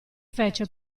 fece